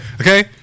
Okay